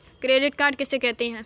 Credit card किसे कहते हैं?